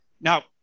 Now